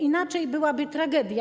Inaczej byłaby tragedia.